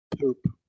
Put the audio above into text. Poop